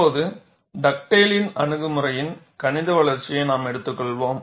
இப்போது டக்டேலின் அணுகுமுறையின் கணித வளர்ச்சியை நாம் எடுத்துக்கொள்வோம்